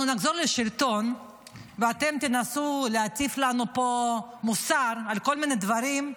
כשאנחנו נחזור לשלטון ואתם תנסו להטיף לנו פה מוסר על כל מיני דברים,